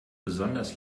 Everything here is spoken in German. besonders